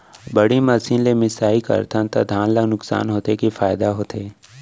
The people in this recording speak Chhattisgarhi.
बड़ी मशीन ले मिसाई करथन त धान ल नुकसान होथे की फायदा होथे?